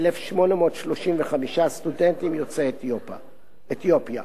1,835 סטודנטים יוצאי אתיופיה.